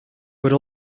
would